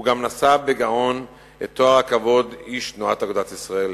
הוא גם נשא בגאון את תואר הכבוד איש תנועת אגודת ישראל,